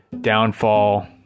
Downfall